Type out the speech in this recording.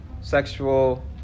sexual